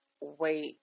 wait